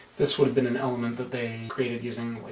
this would have been an element that they created using like,